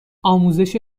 آموزش